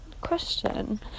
question